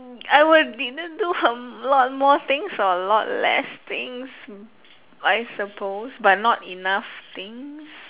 I would either do a lot more things or a lot less things I suppose but not enough things